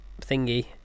thingy